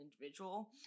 individual